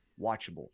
watchable